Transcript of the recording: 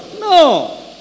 No